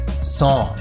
Song